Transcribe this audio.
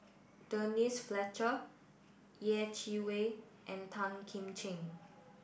Denise Fletcher Yeh Chi Wei and Tan Kim Ching